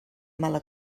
mala